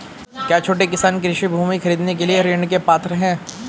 क्या छोटे किसान कृषि भूमि खरीदने के लिए ऋण के पात्र हैं?